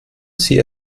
sie